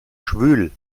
schwül